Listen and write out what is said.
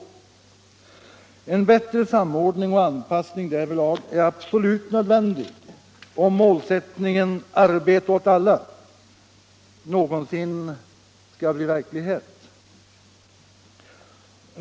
Det är absolut nödvändigt med bättre — m.m. samordning och anpassning därvidlag, om målsättningen ”arbete åt alla” någonsin skall bli verklighet.